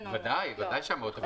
בוודאי שהמהות נשמרת.